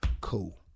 cool